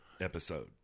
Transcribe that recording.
episode